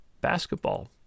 basketball